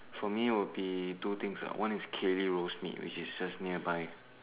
for me would be two things ah one is Kay-Lee roast meat which is just nearby